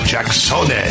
Jackson